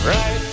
Right